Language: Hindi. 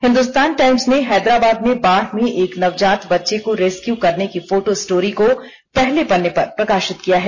हिंदुस्तान टाइम्स ने हैदराबाद में बाढ़ में एक नवजात बच्चे को रेस्क्यू करने की फोटो स्टोरी को पहले पत्रे पर प्रकाशित किया है